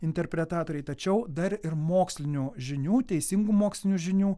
interpretatoriai tačiau dar ir mokslinių žinių teisingų mokslinių žinių